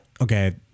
Okay